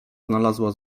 znalazła